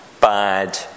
bad